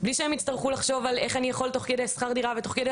בלי לחשוב על איך הוא יוכל תוך כדי לשלם שכר דירה ולעבוד,